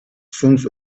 zuntz